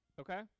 Okay